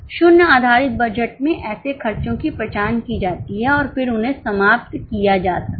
शून्य आधारित बजट में ऐसे खर्चों की पहचान की जाती है और फिर उन्हें समाप्त किया जा सकता है